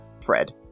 Fred